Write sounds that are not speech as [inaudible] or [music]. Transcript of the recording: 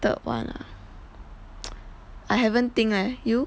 that one ah [noise] I haven't think leh you